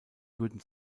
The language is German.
würden